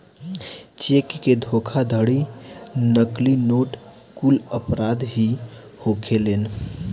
check के धोखाधड़ी, नकली नोट कुल अपराध ही होखेलेन